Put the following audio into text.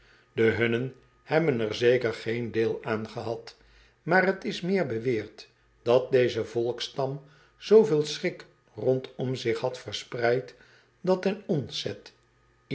e n hebben er zeker geen deel aan gehad maar t is meer beweerd dat deze volksstam zveel schrik rondom zich had verspreid dat ten onzent